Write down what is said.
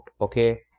okay